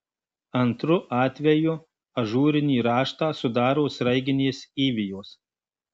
antru atvejų ažūrinį raštą sudaro sraiginės įvijos